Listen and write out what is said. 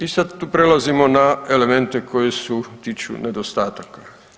I sad tu prelazimo na elemente koji se tiču nedostataka.